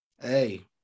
Hey